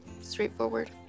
straightforward